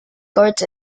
cards